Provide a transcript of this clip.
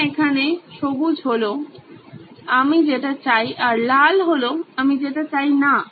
হ্যাঁ এখানে সবুজ হলো আমি যেটা চাই আর লাল হলো আমি যেটা চাই না